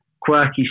quirky